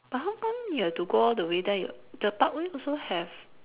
but how come you have to go all the way there you the parkway also have